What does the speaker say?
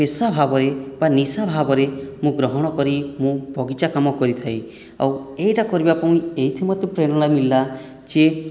ପେଶା ଭାବରେ ବା ନିଶା ଭାବରେ ମୁଁ ଗ୍ରହଣ କରି ମୁଁ ବଗିଚା କାମ କରିଥାଏ ଆଉ ଏଇଟା କରିବା ପାଇଁ ଏଇଠି ମୋତେ ପ୍ରେରଣା ମିଳିଲା ଯେ